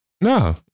No